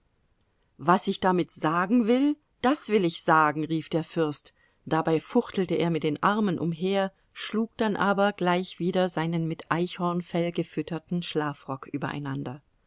was ich damit sagen will das will ich sagen rief der fürst dabei fuchtelte er mit den armen umher schlug dann aber gleich wieder seinen mit eichhornfell gefütterten schlafrock übereinander